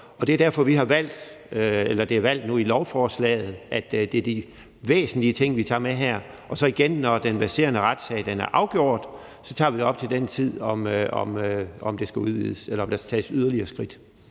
Det er derfor, at det nu er valgt i lovforslaget, at det er de væsentlige ting, vi tager med her. Og så vil jeg sige igen, at når den verserende retssag er afgjort, tager vi det op til den tid, om der skal tages yderligere skridt.